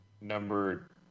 number